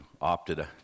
opted